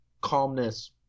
calmness